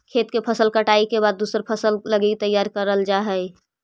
खेत के फसल कटाई के बाद दूसर फसल लगी तैयार कैल जा हइ